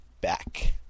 back